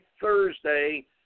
Thursday